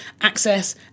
access